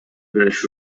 british